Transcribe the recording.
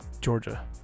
Georgia